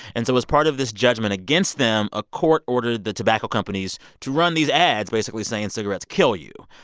and so as part of this judgment against them, a court ordered the tobacco companies to run these ads, basically saying, cigarettes kill you.